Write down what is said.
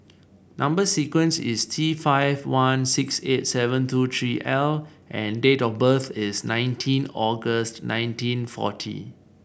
number sequence is T five one six eight seven two three L and date of birth is nineteen August nineteen forty